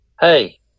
Hey